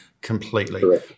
completely